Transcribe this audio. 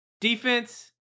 Defense